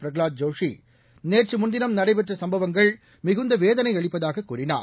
பிரஹலாத் ஜோஷி நேற்று முன்தினம் நடைபெற்ற சம்பவங்கள் மிகுந்த வேதனை அளிப்பதாகக் கூறினார்